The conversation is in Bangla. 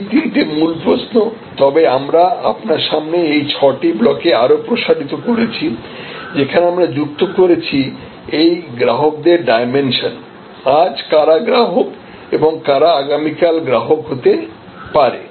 এই তিনটি মূল প্রশ্ন তবে আমরা আপনার সামনে এই ছয়টি ব্লকে আরও প্রসারিত করেছি যেখানে আমরা যুক্ত করেছি এই গ্রাহকদের ডাইমেনশন আজ কারা গ্রাহক এবং কারা আগামীকাল গ্রাহক হতে পারে